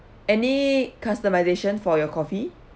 any customization for your coffee